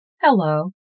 Hello